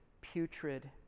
putrid